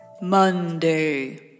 Monday